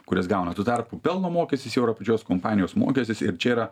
kurias gauna tuo tarpu pelno mokestis jis jau yra pačios kompanijos mokestis ir čia yra